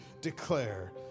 declare